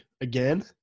again